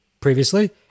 previously